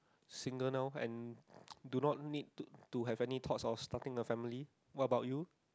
single now and do not need to to have thoughts of starting a family what about you